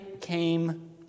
came